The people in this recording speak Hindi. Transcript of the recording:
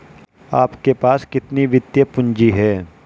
आपके पास कितनी वित्तीय पूँजी है?